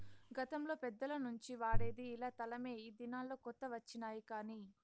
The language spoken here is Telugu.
గతంలో పెద్దల నుంచి వాడేది ఇలా తలమే ఈ దినాల్లో కొత్త వచ్చినాయి కానీ